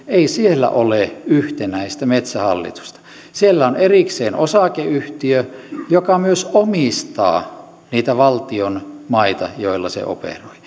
ei siellä ole yhtenäistä metsähallitusta siellä on erikseen osakeyhtiö joka myös omistaa niitä valtion maita missä se operoi